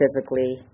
physically